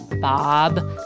Bob